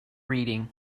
reading